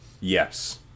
Yes